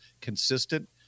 consistent